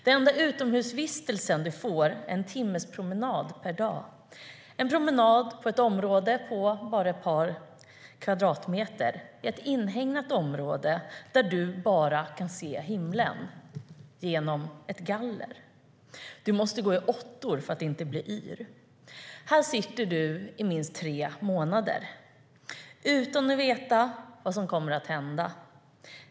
Den enda utomhusvistelsen du får är en timmes promenad per dag. Det är en promenad på bara ett par kvadratmeter i ett inhägnat område där du bara kan se himlen genom ett galler. Du måste gå i åttor för att inte bli yr. Här sitter du i minst tre månader utan att veta vad som kommer att hända.